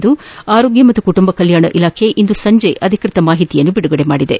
ಎಂದು ಆರೋಗ್ಯ ಮತ್ತು ಕುಟುಂಬ ಕಲ್ನಾಣ ಇಲಾಖೆ ಇಂದು ಸಂಜೆ ಅಧಿಕೃತ ಮಾಹಿತಿ ಬಿಡುಗಡೆ ಮಾಡಿದೆ